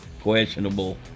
questionable